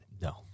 No